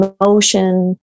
emotion